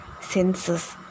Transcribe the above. senses